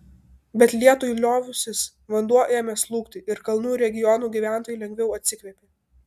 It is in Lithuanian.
bet lietui liovusis vanduo ėmė slūgti ir kalnų regionų gyventojai lengviau atsikvėpė